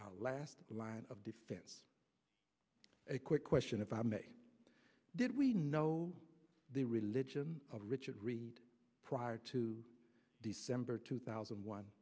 our last line of defense a quick question if i may did we know the religion of richard reid prior to december two thousand